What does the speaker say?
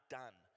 done